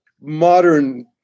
modern